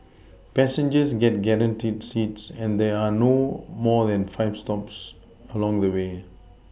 passengers get guaranteed seats and there are no more than five stops along the way